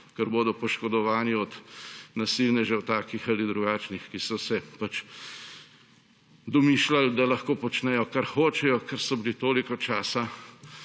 ker bodo poškodovani od nasilnežev, takih ali drugačnih, ki so si pač domišljali, da lahko počnejo, kar hočejo, ker so bili toliko časa